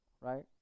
right